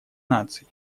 наций